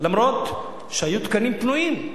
אף שהיו תקנים פנויים.